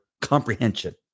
comprehension